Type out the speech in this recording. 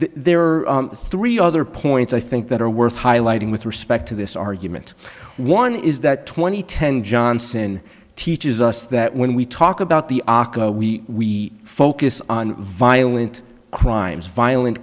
there are three other points i think that are worth highlighting with respect to this argument one is that twenty ten johnson teaches us that when we talk about the aco we focus on violent crimes violent